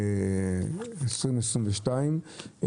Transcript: נמצאים בשנת 2022,